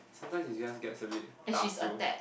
sometimes it just gets a bit tough to